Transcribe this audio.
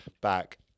back